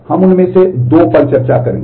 हम उनमें से दो पर चर्चा करेंगे